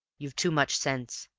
you've too much sense.